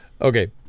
Okay